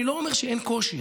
אני לא אומר שאין קושי,